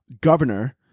governor